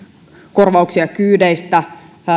korvauksia kyydeistä